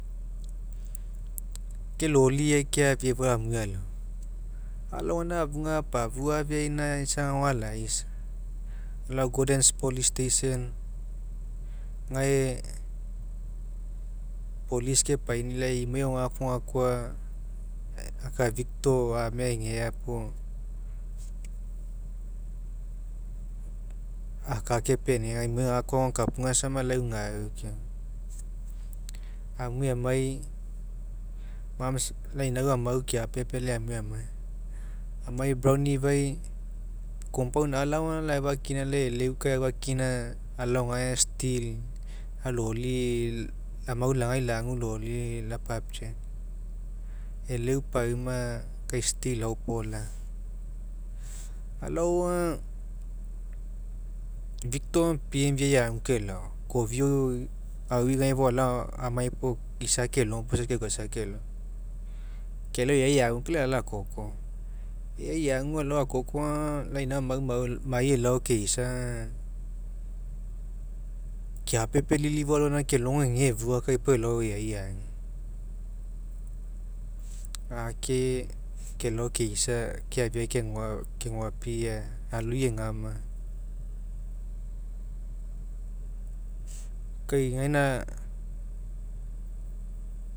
Kelohai keafia efua ke aniue alao alao gaina afuga apafua apeaina isa gae ao alaisa alao gordens police station gae police kepaini'i lai imoi agao gae gakoa gakoa aka victor ame egea puo aka kepenia imoi gekoa agokapuga aisa lau gau keoma amue amai, mums lau inau amau keapepe lai amue amai, anuai brown river'ai compund alao aga aufakina lau e'eleu kai aufakina lapapiau, e'eleu pauma kai still laopolaga. Alao aga victor aga paiv'ai eaguka elao kofia aui gae fou alao amai puo isa kelogo puo isa keukaisa kelao kelao eai eague kai lai alao akoko eai eagu kai lai alao akoko aga, lau inau amau nia- niai elao keisa aga keapepe lilifuelogaina kelogo aga egea efua kai ela eague ake kelao kesia keafia kegoapia aloi egama. Kai gaina.